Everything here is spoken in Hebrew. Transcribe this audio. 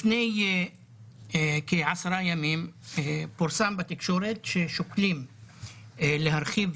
לפני כ-10 ימים פורסם בתקשורת ששוקלים להרחיב